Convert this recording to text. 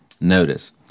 Notice